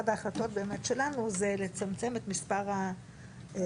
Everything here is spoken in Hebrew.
אחת ההחלטות באמת שלנו זה לצמצם את מספר ה --- גופים.